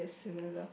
similar